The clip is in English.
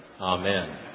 Amen